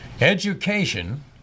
education